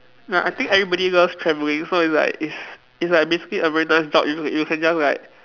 ya I think everybody loves travelling so it's like it's it's like basically a very nice job you you can just like